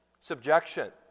subjection